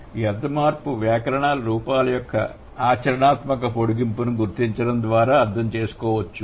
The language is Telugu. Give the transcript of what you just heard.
ఈ అర్థ మార్పువ్యాకరణ రూపాల యొక్క ఆచరణాత్మక పొడిగింపును గుర్తించడం ద్వారా అర్థం చేసుకోవచ్చు